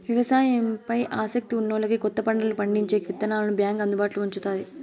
వ్యవసాయం పై ఆసక్తి ఉన్నోల్లకి కొత్త పంటలను పండించేకి విత్తనాలను బ్యాంకు అందుబాటులో ఉంచుతాది